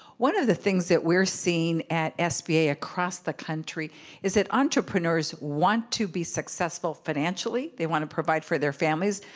one of the things that we're seeing at sba across the country is that entrepreneurs want to be successful financially, they want to provide for their families,